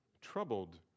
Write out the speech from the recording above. troubled